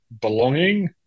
Belonging